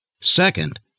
Second